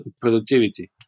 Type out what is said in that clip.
productivity